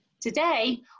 Today